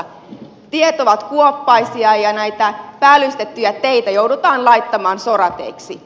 tiet ovat kuoppaisia ja näitä päällystettyjä teitä joudutaan laittamaan sorateiksi